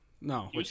No